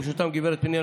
ובראשותם גב' פנינה,